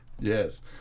Yes